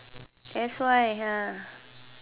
that's why